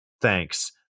Thanks